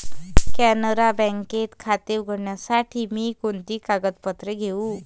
कॅनरा बँकेत खाते उघडण्यासाठी मी कोणती कागदपत्रे घेऊ?